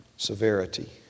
Severity